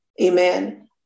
amen